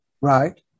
Right